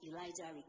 Elijah